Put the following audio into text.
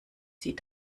sie